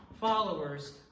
followers